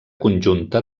conjunta